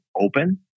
open